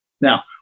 Now